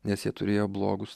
nes jie turėjo blogus tėvus